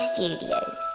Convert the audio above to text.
Studios